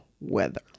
weather